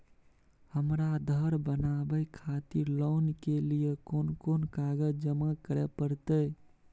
हमरा धर बनावे खातिर लोन के लिए कोन कौन कागज जमा करे परतै?